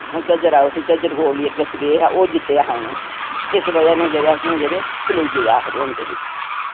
ओह् झज्जरा उत्त झज्जर कोटली इक सले हा ओ जित्तेआ हा उ'नें इस वजह नै जेह्ड़े असें जेह्ड़े सलेइये आखदे होंदे हे